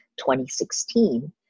2016